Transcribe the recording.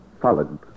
solid